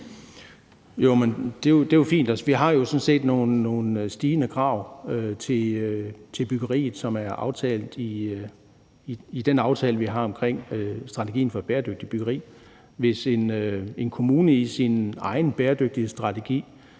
Jo, men det er jo fint. Vi har sådan set nogle stigende krav til byggeriet, som er aftalt i den aftale, vi har indgået om strategien for et bæredygtigt byggeri. Hvis en kommune i sin egen bæredygtighedsstrategi